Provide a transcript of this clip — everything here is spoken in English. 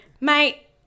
mate